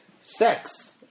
Sex